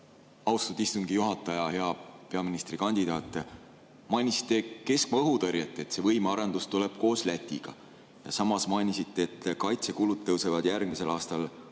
Austatud istungi juhataja! Hea peaministrikandidaat! Te mainisite keskmaa õhutõrjet, et see võimearendus tuleb koos Lätiga. Samas mainisite, et kaitsekulud tõusevad järgmisel aastal umbes